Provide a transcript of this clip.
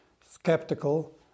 skeptical